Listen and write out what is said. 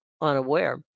unaware